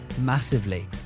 massively